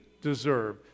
deserve